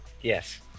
Yes